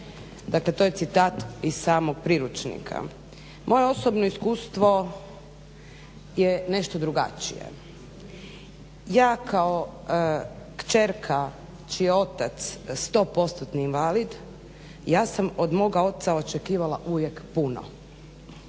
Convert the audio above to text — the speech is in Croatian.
Dakle to je citat iz samog priručnika. Moje osobno iskustvo je nešto drugačije. Ja kao kćerka čiji je otac 100%-tni invalid, ja sam od moga oca očekivala uvijek puno.